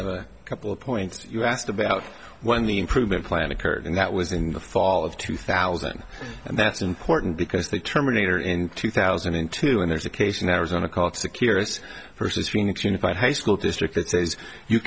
so a couple of points you asked about when the improvement plan occurred and that was in the fall of two thousand and that's important because the terminator in two thousand and two and there's a case in arizona called secure its persons phoenix unified high school district